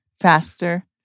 faster